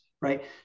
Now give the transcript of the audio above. right